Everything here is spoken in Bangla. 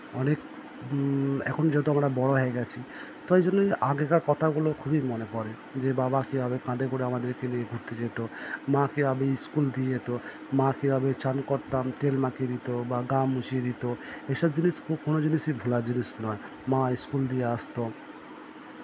অনেক এখন যেহেতু আমরা বড়ো হয়ে গেছি তাই জন্যই আগেকার কথাগুলো খুবই মনে পড়ে যে বাবা কীভাবে কাঁধে করে নিয়ে আমাদেরকে ঘুরতে যেতো মা কীভাবে স্কুল দিয়ে যেতো মা কিভাবে চান করতাম তেল মাখিয়ে দিতো বা গা মুছিয়ে দিতো এসব জিনিস কোনো জিনিসই ভোলার জিনিস নয় মা স্কুল দিয়ে আসতো